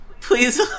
please